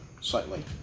slightly